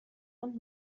und